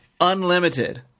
unlimited